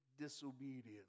disobedience